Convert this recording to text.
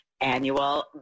annual